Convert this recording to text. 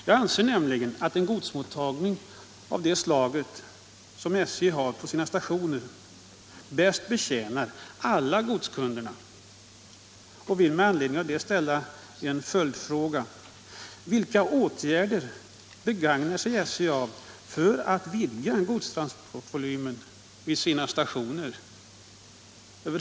Jag anser att en godsmottagning av detta slag bäst betjänar alla godskunder Om avvägningen mellan SJ:s bilgodstrafik och spårbundna godstrafik Om avvägningen mellan SJ:s bilgodstrafik och spårbundna godstrafik och vill med anledning därav ställa följande fråga: Vilka säljåtgärder begagnar sig SJ av för att vidga godstransportvolymen vid sina stationer?